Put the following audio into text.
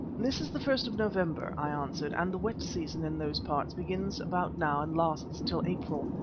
this is the first of november, i answered, and the wet season in those parts begins about now and lasts till april.